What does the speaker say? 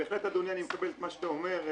בהחלט אדוני אני מקבל את מה שאתה אומר.